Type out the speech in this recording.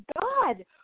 God